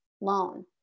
loan